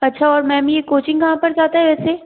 अच्छा और मैम ये कोचिंग कहाँ पर जाता है वैसे